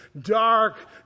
Dark